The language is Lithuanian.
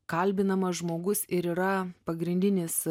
kalbinamas žmogus ir yra pagrindinis